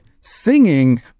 singing